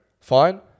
fine